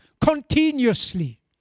continuously